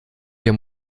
der